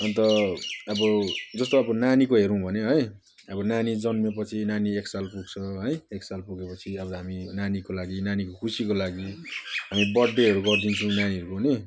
अनि त अब जस्तो अब नानीको हेरौँ भने है अब नानी जन्मेपछि नानी एक साल पुग्छ है एक साल पुगेपछि अब हामी नानीको लागि नानीको खुसीको लागि हामी बर्थडेहरू गरिदिन्छौँ नानीहरूको नि